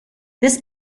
this